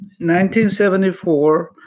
1974